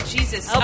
Jesus